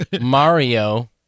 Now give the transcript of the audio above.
Mario